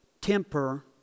temper